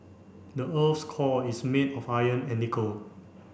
the earth core is made of iron and nickel